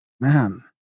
man